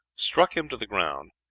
struck him to the ground,